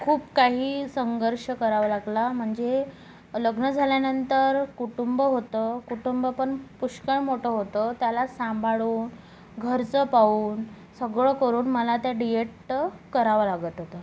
खूप काही संघर्ष करावा लागला म्हणजे लग्न झाल्यानंतर कुटुंब होतं कुटुंब पण पुष्कळ मोठं होतं त्याला सांभाळून घरचं पाहून सगळं करून मला त्या डी येट्टं करावं लागत होतं